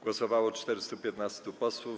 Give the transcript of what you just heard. Głosowało 415 posłów.